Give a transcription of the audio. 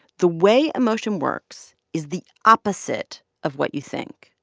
the way emotion works is the opposite of what you think.